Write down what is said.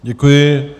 Děkuji.